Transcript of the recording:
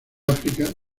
áfrica